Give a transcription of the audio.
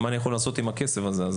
מה אני יכול לעשות עם הכסף הזה?